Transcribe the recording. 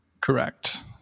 correct